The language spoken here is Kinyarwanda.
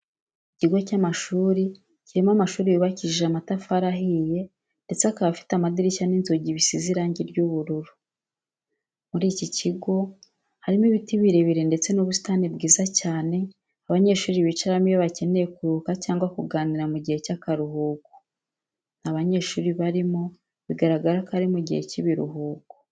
Ikigo cy'amashuri kirimo amashuri yubakishije amatafari ahiye ndetse akaba afite amadirishya n'inzugi bisize irangi ry'ubururu. Muri iki kigo harimo ibiti birebire ndetse n'ubusitani bwiza cyane abanyeshuri bicaramo iyo bakeneye kuruhuka cyangwa kuganira mu gihe cy'akaruhuko. Nta banyeshuri barimo bigaragara ko ari mu gihe cy'ibiruhuko.